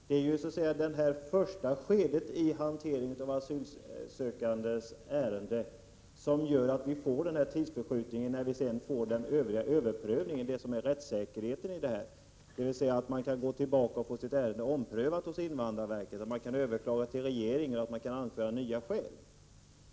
Det är så att säga det här första skedet i hanteringen av de asylsökandes ärenden som leder till tidsförskjutningen, innan man kommer fram till överprövningen, som utgör rättssäkerheten här — dvs. att man kan gå tillbaka och få sitt ärende omprövat hos invandrarverket samt överklaga till regeringen och anföra nya skäl.